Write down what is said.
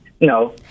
no